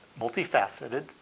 multifaceted